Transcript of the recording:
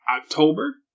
October